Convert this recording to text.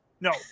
No